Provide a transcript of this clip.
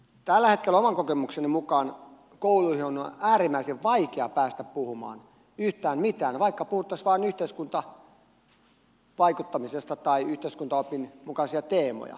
tällä hetkellä oman kokemukseni mukaan kouluihin on äärimmäisen vaikea päästä puhumaan yhtään mitään vaikka puhuttaisiin vain yhteiskuntavaikuttamisesta tai yhteiskuntaopin mukaisia teemoja